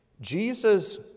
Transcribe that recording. Jesus